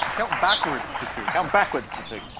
count backwards to two. count backwards to two.